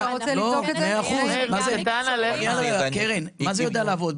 מה זה "יודע לעבוד"?